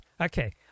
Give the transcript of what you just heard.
okay